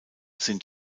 sind